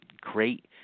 great